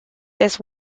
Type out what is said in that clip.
this